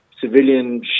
civilian